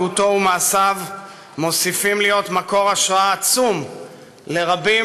הגותו ומעשיו מוסיפים להיות מקור השראה עצום לרבים